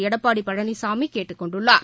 எடப்பாடிபழனிசாமிகேட்டுக் கொண்டுள்ளார்